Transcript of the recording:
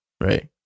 right